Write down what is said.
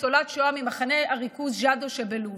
היא ניצולת שואה ממחנה הריכוז ג'אדו שבלוב.